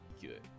good